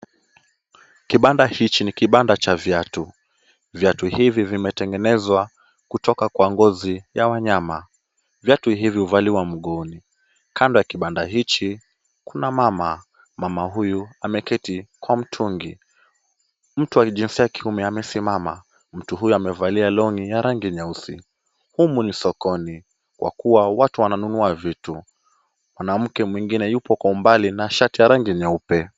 Kibanda hichi ni kibanda cha viatu. Viatu hivi vimetengenezwa kutoka kwa ngozi ya wanyama. Viatu hivi huvaliwa mguuni. Kando ya kibanda hichi, kuna mama. Mama huyu ameketi kwa mtungi. Mtu wa jinsia ya kiume amesimama. Mtu huyu amevalia long'i ya rangi nyeusi. Humu ni sokoni kwa kuwa watu wananunua vitu. Mwanamke mwingine yupo kwa umbali na shati ya rangi nyeupe.